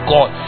God